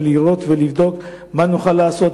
ויש לראות ולבדוק מה נוכל לעשות,